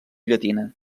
llatina